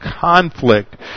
conflict